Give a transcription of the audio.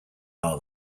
are